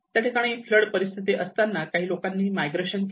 त्या ठिकाणी फ्लड परिस्थिती असताना काही लोकांनी मायग्रेशन केले